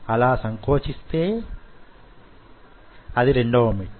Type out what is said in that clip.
అలా సంకొచిస్తే అది రెండవ మెట్టు